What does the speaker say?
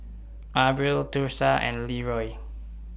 Abril Thursa and Leroy